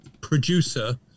producer